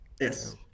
yes